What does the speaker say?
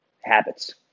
habits